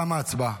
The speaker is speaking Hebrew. תמה ההצבעה.